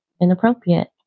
inappropriate